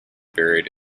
buried